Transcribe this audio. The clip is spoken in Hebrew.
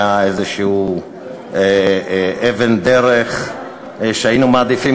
הייתה איזושהי אבן דרך שהיינו מעדיפים